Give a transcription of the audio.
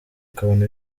ukabona